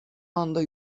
anda